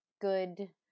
good